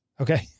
Okay